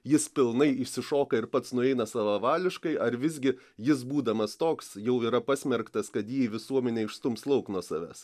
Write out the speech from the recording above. jis pilnai išsišoka ir pats nueina savavališkai ar visgi jis būdamas toks jau yra pasmerktas kad jį visuomenė išstums lauk nuo savęs